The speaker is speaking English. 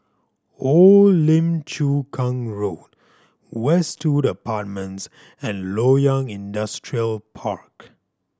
Old Lim Chu Kang Road Westwood Apartments and Loyang Industrial Park